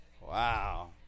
Wow